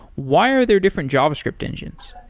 why are there different javascript engines?